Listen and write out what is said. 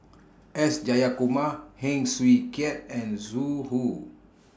S Jayakumar Heng Swee Keat and Zhu Hu